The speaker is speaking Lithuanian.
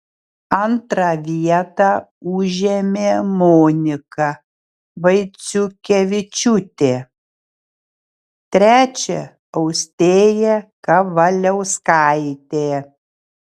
antrą vietą užėmė monika vaiciukevičiūtė trečią austėja kavaliauskaitė